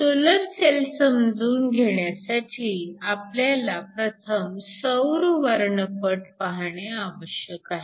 solar cell समजून घेण्यासाठी आपल्याला प्रथम सौर वर्णपट पाहणे आवश्यक आहे